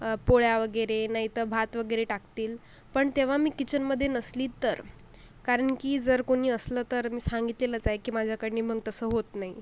पोळ्या वगैरे नाही तर भात वगैरे टाकतील पण तेव्हा मी किचनमध्ये नसली तर कारण की जर कोणी असलं तर मी सांगितलेलंच आहे की माझ्याकडनं मग तसं होत नाही